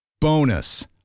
Bonus